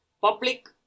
public